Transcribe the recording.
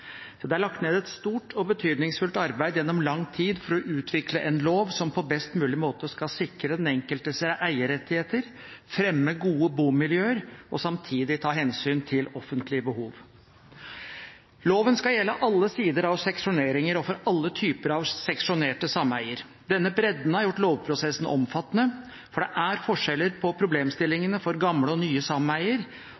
Det er lagt ned et stort og betydningsfullt arbeid gjennom lang tid for å utvikle en lov som på best mulig måte skal sikre den enkeltes eierrettigheter, fremme gode bomiljøer og samtidig ta hensyn til offentlige behov. Loven skal gjelde alle sider av seksjoneringer og alle typer av seksjonerte sameier. Denne bredden har gjort lovprosessen omfattende, for det er forskjell på